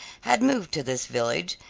had moved to this village,